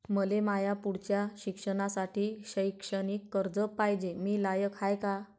मले माया पुढच्या शिक्षणासाठी शैक्षणिक कर्ज पायजे, मी लायक हाय का?